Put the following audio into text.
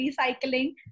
recycling